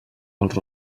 els